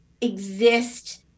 exist